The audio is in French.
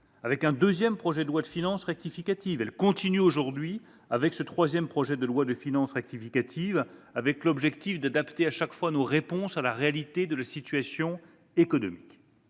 avec un deuxième projet de loi de finances rectificative. Elle continue aujourd'hui avec ce troisième projet de loi de finances rectificative, qui, comme les deux premiers, vise l'objectif d'adapter nos réponses à la réalité de la situation économique.